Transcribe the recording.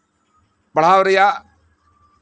ᱯᱟᱲᱦᱟᱣ ᱨᱮᱭᱟᱜ